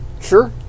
Sure